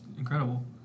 Incredible